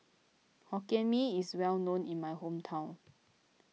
Hokkien Mee is well known in my hometown